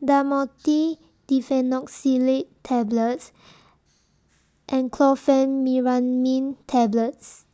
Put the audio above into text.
Dhamotil Diphenoxylate Tablets and Chlorpheniramine Tablets